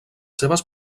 seves